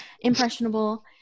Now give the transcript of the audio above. impressionable